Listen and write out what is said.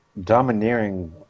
domineering